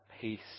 peace